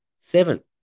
seven